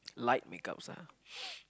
light make ups ah